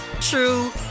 true